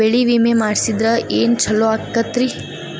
ಬೆಳಿ ವಿಮೆ ಮಾಡಿಸಿದ್ರ ಏನ್ ಛಲೋ ಆಕತ್ರಿ?